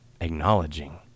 acknowledging